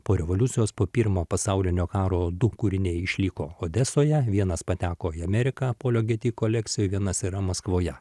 po revoliucijos po pirmo pasaulinio karo du kūriniai išliko odesoje vienas pateko į ameriką polio geti kolekcijoj vienas yra maskvoje